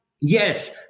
yes